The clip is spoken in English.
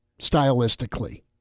stylistically